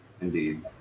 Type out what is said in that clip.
indeed